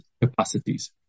capacities